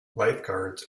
lifeguards